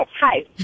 hi